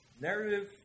Narrative